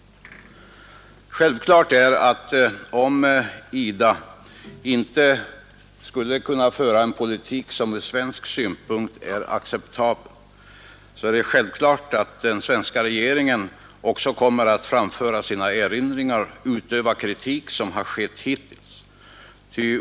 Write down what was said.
Om IDA inte skulle kunna föra en politik som ur svensk synpunkt är acceptabel är det självklart att den svenska regeringen också kommer att framföra sina erinringar och utöva kritik på det sätt som har skett hittills.